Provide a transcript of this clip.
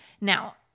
Now